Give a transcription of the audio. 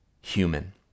human